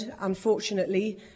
unfortunately